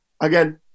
again